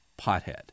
pothead